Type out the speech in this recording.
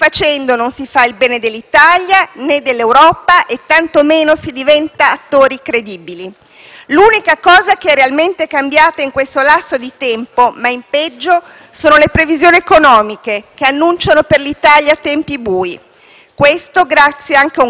L'unica cosa che realmente è cambiata in questo lasso di tempo, ma in peggio, sono le previsioni economiche, che annunciano per l'Italia tempi bui e questo grazie anche ad un Governo - il vostro - che ha varato una manovra tutta a debito, priva di investimenti e di sviluppo.